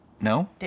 no